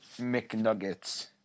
McNuggets